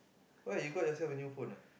what you got yourself a new phone ah